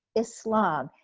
islam,